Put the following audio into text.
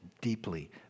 deeply